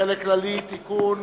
(חלק כללי) (תיקון,